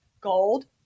gold